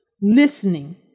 listening